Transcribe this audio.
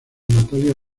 natalia